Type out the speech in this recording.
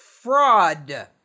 fraud